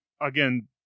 again